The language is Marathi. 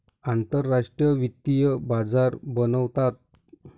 आंतरराष्ट्रीय वित्तीय बाजार बनवतात